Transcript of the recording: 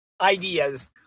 ideas